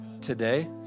today